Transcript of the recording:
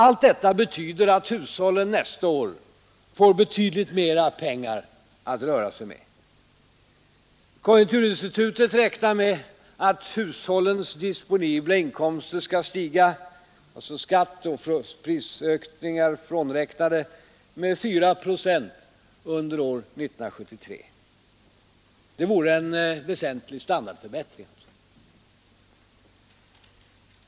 Allt detta betyder att hushållen nästa år får betydligt mera pengar att röra sig med. Konjunkturinstitutet räknar med att hushållens disponibla inkomster skall stiga — alltså skatt och prisökningar frånräknade — med 4 procent under år 1973. Det vore en väsentlig standardförbättring.